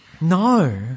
No